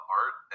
art